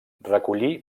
recollí